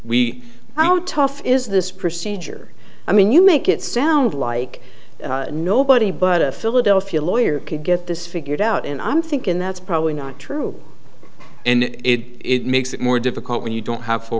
we how tough is this procedure i mean you make it sound like nobody but a philadelphia lawyer can get this figured out and i'm thinking that's probably not true and it makes it more difficult when you don't have full